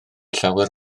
llawer